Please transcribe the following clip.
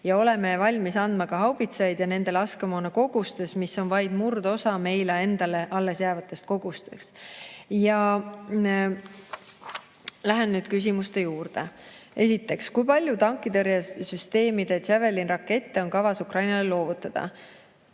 ja oleme valmis andma ka haubitsaid ja nende laskemoona kogustes, mis on vaid murdosa meile endale alles jäävatest kogustest. Lähen nüüd küsimuste juurde. Esiteks, kui palju tankitõrjesüsteemi Javelin rakette on kavas Ukrainale loovutada?